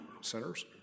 centers